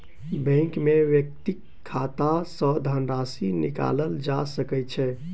bank में व्यक्तिक खाता सॅ धनराशि निकालल जा सकै छै